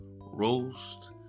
roast